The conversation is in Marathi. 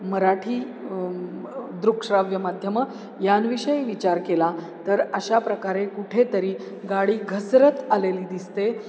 मराठी दृकश्राव्य माध्यमं यांविषयी विचार केला तर अशा प्रकारे कुठेतरी गाडी घसरत आलेली दिसते